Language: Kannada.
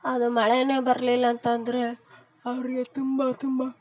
ಆಗ ಮಳೆನೇ ಬರಲಿಲ್ಲ ಅಂತಂದರೆ ಅವ್ರಿಗೆ ತುಂಬ ತುಂಬ